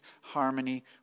harmony